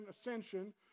ascension